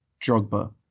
Drogba